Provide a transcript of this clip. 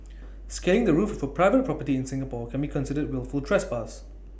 scaling the roof of A private property in Singapore can be considered wilful trespass